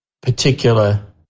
particular